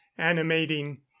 animating